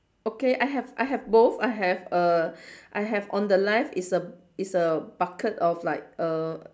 okay I have I have both I have err I have on the left is a is a bucket of like err